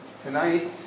Tonight